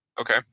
Okay